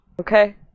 okay